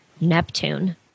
Neptune